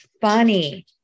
funny